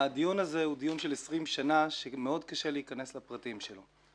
הדיון הזה הוא דיון של 20 שנה שמאוד קשה להיכנס לפרטים שלו.